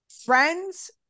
friends